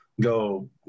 go